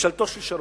בממשלתו של שרון,